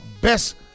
best